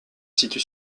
situe